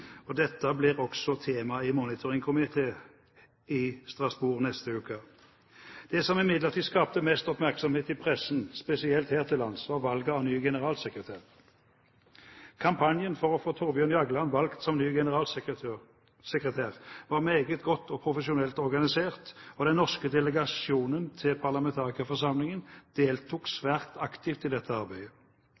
Dette blir også temaet i Monitoring Committee i Strasbourg neste uke. Det som imidlertid skapte mest oppmerksomhet i pressen, spesielt her til lands, var valget av ny generalsekretær. Kampanjen for å få Thorbjørn Jagland valgt som ny generalsekretær var meget godt og profesjonelt organisert, og den norske delegasjonen til parlamentarikerforsamlingen deltok svært aktivt i dette arbeidet.